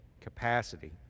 capacity